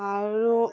আৰু